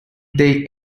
they